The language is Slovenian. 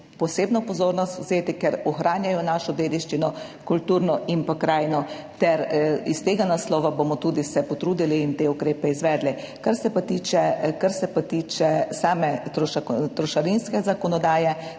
posebno pozornost, ker ohranjajo našo kulturno dediščino in krajino. Iz tega naslova se bomo tudi potrudili in te ukrepe izvedli. Kar se pa tiče same trošarinske zakonodaje,